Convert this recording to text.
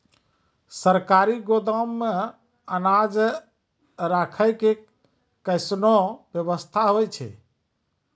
सरकारी गोदाम मे अनाज राखै के कैसनौ वयवस्था होय छै?